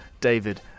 David